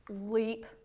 leap